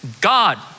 God